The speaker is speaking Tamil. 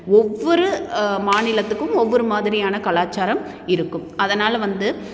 ஒவ்வொரு மாநிலத்துக்கும் ஒவ்வொரு மாதிரியான கலாச்சாரம் இருக்கும் அதனால் வந்து